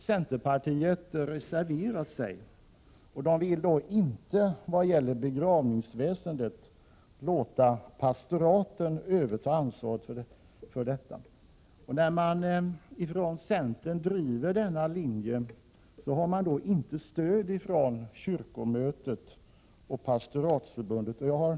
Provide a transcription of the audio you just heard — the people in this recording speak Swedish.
Centerpartiet har reserverat sig på denna punkt och vill inte låta pastoraten överta ansvaret för begravningsväsendet. Centern har inte stöd från kyrkomötet och Pastoratsförbundet för denna linje.